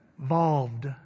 involved